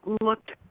looked